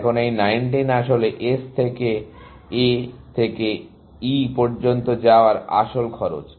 এখন এই 19 আসলে S থেকে A থেকে E তে যাওয়ার আসল খরচ